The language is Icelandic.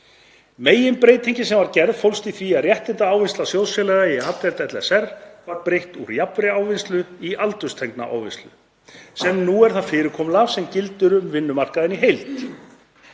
Meginbreytingin sem gerð var fólst í því að réttindaávinnslu sjóðfélaga í A-deild LSR var breytt úr „jafnri ávinnslu“ í „aldurstengda ávinnslu“, sem nú er það fyrirkomulag sem gildir um vinnumarkaðinn í heild.